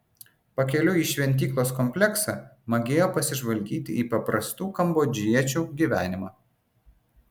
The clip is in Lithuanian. pakeliui į šventyklos kompleksą magėjo pasižvalgyti į paprastų kambodžiečių gyvenimą